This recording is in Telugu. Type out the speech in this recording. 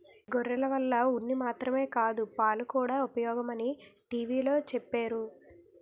గొర్రెల వల్ల ఉన్ని మాత్రమే కాదు పాలుకూడా ఉపయోగమని టీ.వి లో చెప్పేరు